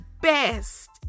best